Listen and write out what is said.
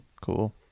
Cool